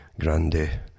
Grande